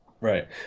Right